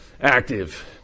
active